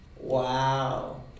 Wow